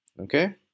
okay